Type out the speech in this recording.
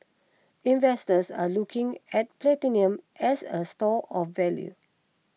investors are looking at platinum as a store of value